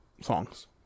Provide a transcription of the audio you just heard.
songs